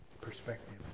perspective